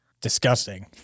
Disgusting